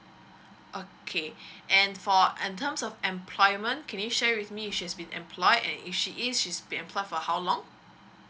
okay and for and terms of employment can you share with me if she's been employed and if she is she's been employed for how long